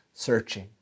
searching